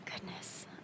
Goodness